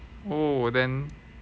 oh then